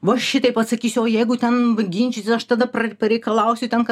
va šitaip atsakysiu o jeigu ten ginčytis aš tada pra pareikalausiu ten kad